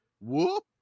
Whoop